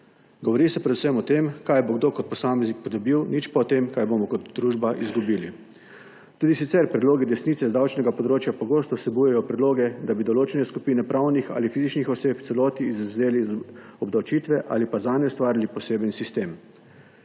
Govori se predvsem o tem, kaj bo kdo kot posameznik pridobil, nič pa o tem, kaj bomo kot družba izgubili. Tudi sicer predlogi desnice z davčnega področja pogosto vsebujejo predloge, da bi določene skupine pravnih ali fizičnih oseb v celoti izvzeli iz obdavčitve ali pa zanje ustvarili poseben sistem.